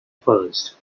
first